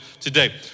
today